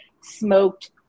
smoked